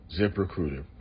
ZipRecruiter